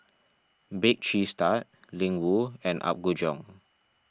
Bake Cheese Tart Ling Wu and Apgujeong